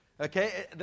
okay